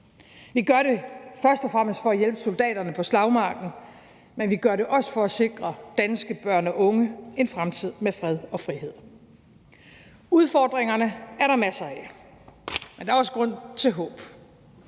Vi gør det først og fremmest for at hjælpe soldaterne på slagmarken, men vi gør det også for at sikre danske børn og unge en fremtid med fred og frihed. Udfordringer er der masser af, men der er også grund til håb: